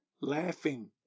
laughing